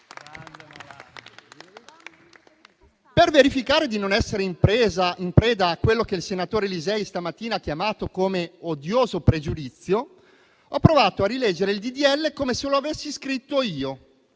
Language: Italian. Per verificare di non essere in preda a quello che il senatore Lisei stamattina ha chiamato come odioso pregiudizio, ho provato a rileggere il disegno di legge, come se lo avessi scritto io,